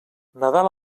nadal